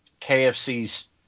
KFC's